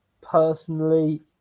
personally